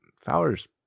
Fowler's